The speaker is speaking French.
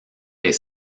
les